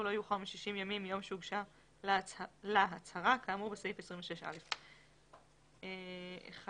"לא יאוחר מ-60 ימים מיום שהוגשה לה הצהרה כאמור בסעיף 26א". אחרי